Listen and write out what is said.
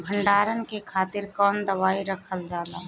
भंडारन के खातीर कौन दवाई रखल जाला?